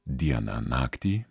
dieną naktį